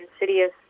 insidious